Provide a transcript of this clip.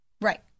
Right